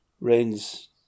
rains